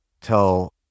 tell